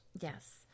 Yes